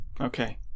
Okay